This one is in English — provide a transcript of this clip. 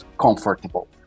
comfortable